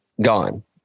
gone